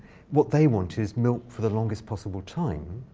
what they want is milk for the longest possible time.